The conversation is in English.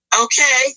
Okay